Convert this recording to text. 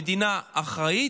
המדינה אחראית,